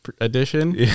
edition